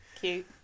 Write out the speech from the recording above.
Cute